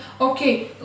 Okay